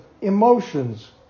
emotions